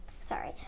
sorry